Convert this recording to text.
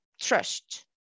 trust